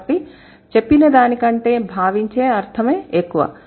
కాబట్టి చెప్పిన దాని కంటే భావించే అర్థమే ఎక్కువ